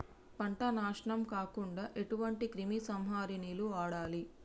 పంట నాశనం కాకుండా ఎటువంటి క్రిమి సంహారిణిలు వాడాలి?